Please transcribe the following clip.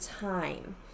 time